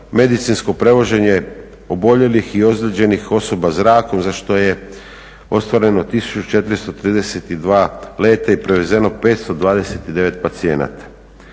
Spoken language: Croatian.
medicinsko prevoženje oboljelih i ozlijeđenih osoba zrakom za što je ostvareno 1432 leta i prevezeno 529 pacijenata.